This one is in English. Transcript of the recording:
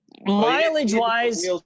mileage-wise